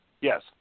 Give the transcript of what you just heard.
Yes